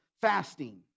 fasting